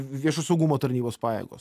viešo saugumo tarnybos pajėgos